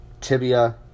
tibia